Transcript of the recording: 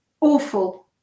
awful